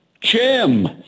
Jim